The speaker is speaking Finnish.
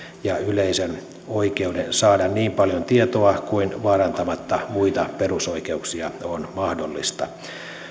ja yleisön oikeuden saada niin paljon tietoa kuin vaarantamatta muita perusoikeuksia on mahdollista